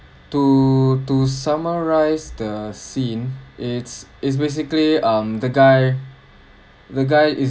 to to summarize the scene it's it's basically um the guy the guy is